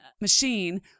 machine